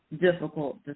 difficult